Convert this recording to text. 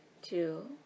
Two